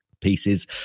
pieces